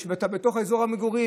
בתוך אזור המגורים.